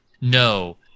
no